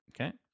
Okay